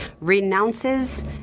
renounces